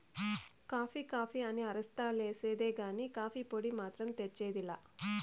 coffee coffee అని అరస్తా లేసేదే కానీ, కాఫీ పొడి మాత్రం తెచ్చేది లా